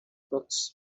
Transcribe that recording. books